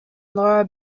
laura